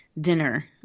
dinner